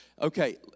Okay